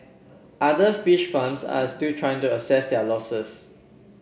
other fish farms are still trying to assess their losses